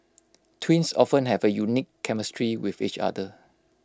twins often have A unique chemistry with each other